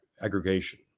aggregation